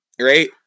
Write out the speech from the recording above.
right